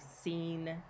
seen